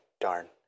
Darn